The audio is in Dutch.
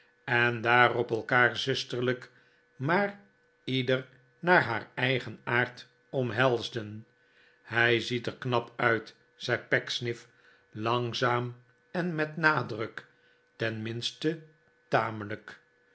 en daarop elkaar zusterlijk maar ieder naar haar eigen aard omhelsden hij ziet er knap uit zei pecksniff langzaam en met nadruk tenminste tamelijk